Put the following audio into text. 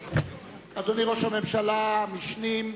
אדוני ראש הממשלה, המשנים,